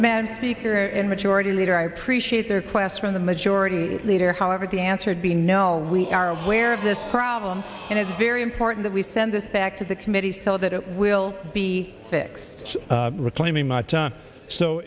men speaker and majority leader i appreciate their classroom the majority leader however the answered b no we are aware of this problem and it's very important that we send this back to the committee so that it will be fixed reclaiming my time so